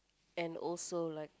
and also like